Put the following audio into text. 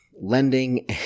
lending